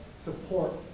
support